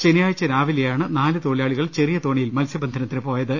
ശനിയാഴ്ച രാവിലെ യാണ് നാല് തൊളിലാളഇകൾ ചെറിയതോണിയിൽ മത്സ്യബ ന്ധനത്തിന് പോയക്